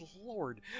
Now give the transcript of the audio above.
Lord